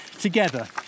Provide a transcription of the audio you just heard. together